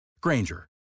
Granger